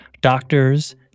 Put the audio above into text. doctors